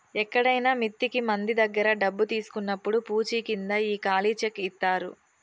ఎక్కడైనా మిత్తికి మంది దగ్గర డబ్బు తీసుకున్నప్పుడు పూచీకింద ఈ ఖాళీ చెక్ ఇత్తారు